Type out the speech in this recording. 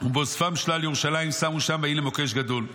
ובאוספם שלל ירושלים, שמו שם, ויהי למוקש גדול.